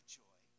joy